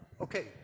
Okay